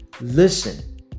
listen